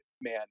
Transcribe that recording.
man